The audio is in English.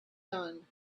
done